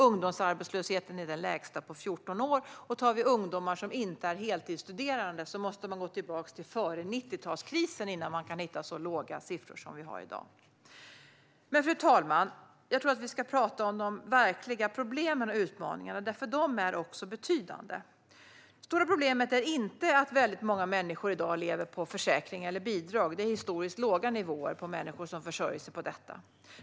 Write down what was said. Ungdomsarbetslösheten är den lägsta på 14 år, och när det gäller ungdomar som inte är heltidsstuderande måste man gå tillbaka till före 90-talskrisen för att kunna hitta så låga siffror som vi har i dag. Men, fru talman, jag tror att vi ska prata om de verkliga problemen och utmaningarna, därför att de är betydande. Det stora problemet är inte att väldigt många människor i dag lever på försäkring eller bidrag. Det är historiskt låga nivåer vad gäller människor som försörjer sig på detta.